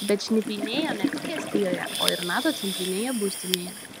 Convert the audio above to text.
bet šnipinėjo ne tik estijoje o ir nato centrinėje būstinėje